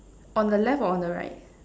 on the left or on the right